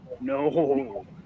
no